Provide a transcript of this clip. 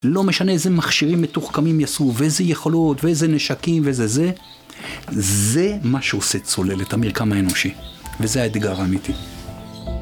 לא משנה איזה מכשירים מתוחכמים יעשו, ואיזה יכולות, ואיזה נשקים, ואיזה זה. זה מה שעושה צוללת, המרקם האנושי. וזה האתגר האמיתי